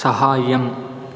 सहाय्यम्